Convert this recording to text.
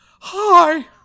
Hi